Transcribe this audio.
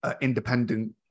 independent